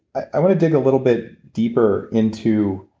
i want to dig a little bit deeper into